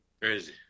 Crazy